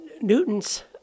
Newton's